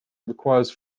requires